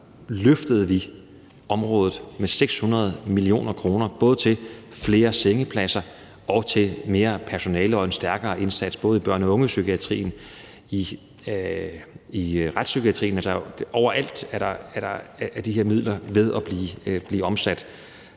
løftede vi området med 600 mio. kr., både til flere sengepladser og til mere personale og en stærkere indsats i både børne- og ungepsykiatrien og i retspsykiatrien – overalt er de her midler ved at blive omsat.